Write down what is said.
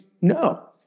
No